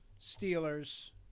Steelers